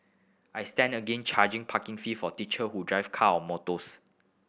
I stand again charging parking fee for teacher who drive car or motors